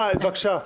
די, בבקשה.